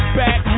back